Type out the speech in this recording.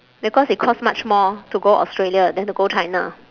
because it costs much more to go australia than to go china